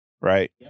Right